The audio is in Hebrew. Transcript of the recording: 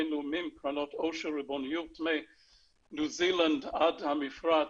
בינלאומיים וקרנות עושר ריבוניות מניו זילנד עד המפרץ,